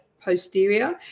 posterior